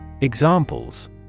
Examples